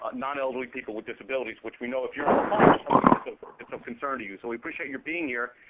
non-elderly people with disabilities. which we know if you're a it's of concern to you. so we appreciate your being here.